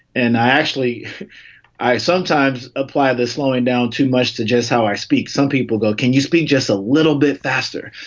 and i actually i sometimes apply this slowing down too much to just how i speak. some people go. can you speak just a little bit faster?